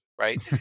right